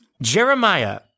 Jeremiah